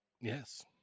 Yes